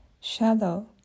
Shallow